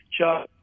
Chuck